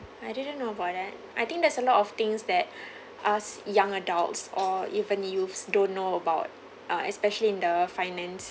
I didn't know about that I think there's a lot of things that us young adults or even youths don't know about uh especially in the finance